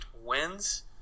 wins